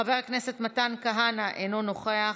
חבר הכנסת מתן כהנא, אינו נוכח,